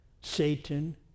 Satan